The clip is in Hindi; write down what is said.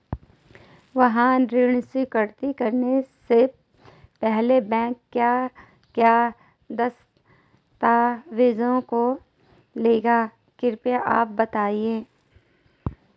वाहन ऋण स्वीकृति करने से पहले बैंक क्या क्या दस्तावेज़ों को लेगा कृपया आप बताएँगे?